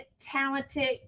talented